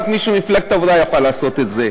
רק מישהו ממפלגת העבודה יוכל לעשות את זה.